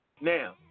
Now